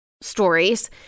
stories